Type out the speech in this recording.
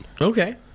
okay